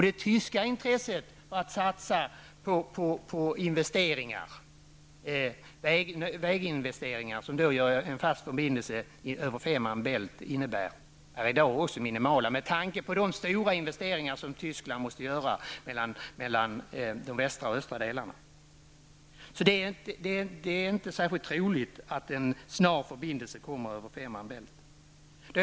Det tyska intresset av att satsa på de väginvesteringar som en fast förbindelse över Femer bält innebär är i dag också minimalt med tanke på de stora investeringar Tyskland måste göra mellan de västra och östra delarna av landet. Det är alltså inte särskilt troligt att en förbindelse snart blir av över Femer bält.